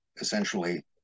essentially